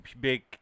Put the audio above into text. big